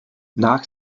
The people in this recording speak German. nach